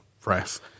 press